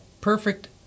perfect